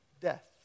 death